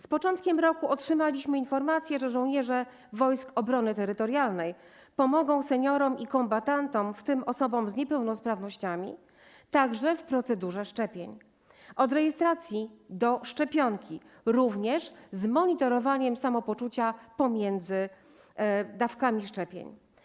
Z początkiem roku otrzymaliśmy informację, że żołnierze Wojsk Obrony Terytorialnej pomogą seniorom i kombatantom, w tym osobom z niepełnosprawnościami, także w procedurze szczepień - od rejestracji do podania szczepionki, również z monitorowaniem samopoczucia pomiędzy dawkami szczepień.